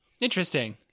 Interesting